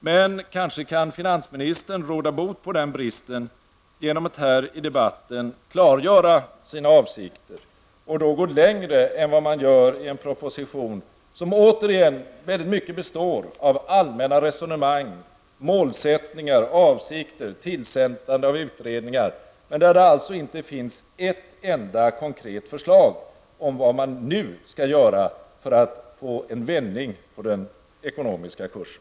Men kanske kan finansministern råda bot på den bristen genom att här i debatten klargöra sina avsikter? Man kan då gå längre än vad man gör i en proposition, som återigen till stor del består av allmänna resonemang, målsättningar, avsikter, tillsättande av utredningar osv. Det finns alltså inte ett enda konkret förslag om vad man nu skall göra för att få en vändning på den ekonomiska kursen.